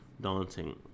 daunting